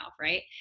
Right